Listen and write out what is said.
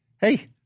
hey